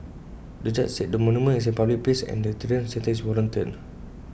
the judge said the monument is in A public place and A deterrent sentence is warranted